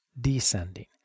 descending